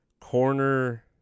corner